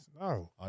No